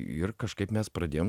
ir kažkaip mes pradėjom